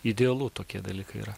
idealu tokie dalykai yra